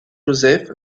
joseph